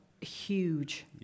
huge